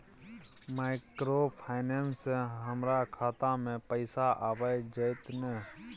Microfinance से हमारा खाता में पैसा आबय जेतै न?